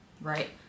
right